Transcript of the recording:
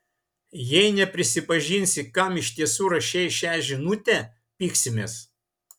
jei neprisipažinsi kam iš tiesų rašei šią žinutę pyksimės